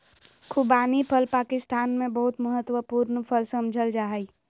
खुबानी फल पाकिस्तान में बहुत महत्वपूर्ण फल समझल जा हइ